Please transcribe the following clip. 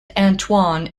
antoine